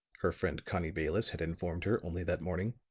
her friend connie bayless had informed her only that morning.